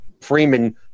Freeman